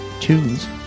Tunes